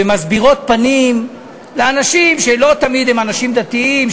להסביר פנים לאנשים שלא תמיד הם אנשים דתיים,